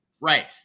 Right